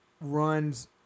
runs